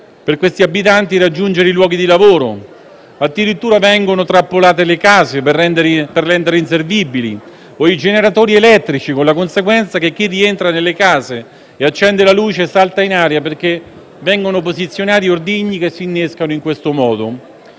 essere letale raggiungere i luoghi di lavoro; addirittura vengono trappolate le case o i generatori elettrici per renderli inservibili, con la conseguenza che chi rientra nelle case e accende la luce salta in aria, perché vengono posizionati ordini che si innescano in questo modo.